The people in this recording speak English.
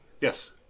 Yes